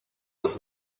was